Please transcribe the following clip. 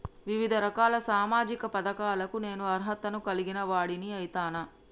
వివిధ రకాల సామాజిక పథకాలకు నేను అర్హత ను కలిగిన వాడిని అయితనా?